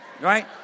right